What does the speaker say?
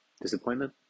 Disappointment